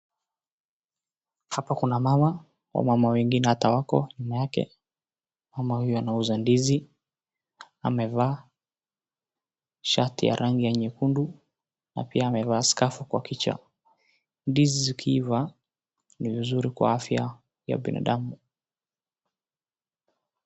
Hapa kuna mama wamama wengine ata wako nyuma yake. Mama huyu anauza ndizi amevaa shati ya rangi ya nyekundu na pia amevaa skafu kwa kichwa. Ndizi zikiiva ni mzuri kwa afya ya binadamu.